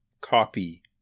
copy